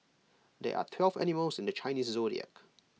there are twelve animals in the Chinese Zodiac